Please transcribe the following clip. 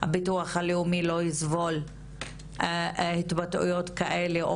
שהביטוח הלאומי לא יסבול התבטאויות כאלה,